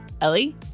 Ellie